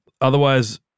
otherwise